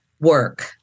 work